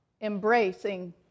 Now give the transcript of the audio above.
embracing